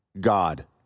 God